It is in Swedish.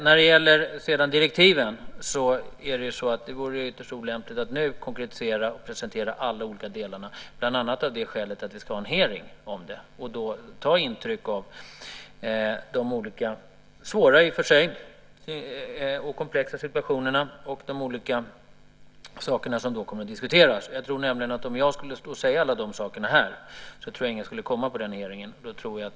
När det sedan gäller direktiven vore det ytterst olämpligt att nu konkretisera och presentera alla de olika delarna, bland annat av det skälet att vi ska ha en hearing om detta, där vi ska ta intryck av de olika i och för sig svåra och komplexa situationer och saker som kommer att diskuteras. Om jag skulle säga alla de sakerna här tror jag att ingen skulle komma till den hearingen.